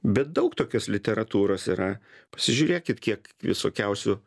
bet daug tokios literatūros yra pasižiūrėkit kiek visokiausių